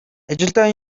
ажилдаа